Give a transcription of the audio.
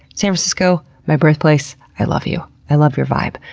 san francisco, my birthplace i love you, i love your vibe.